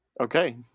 Okay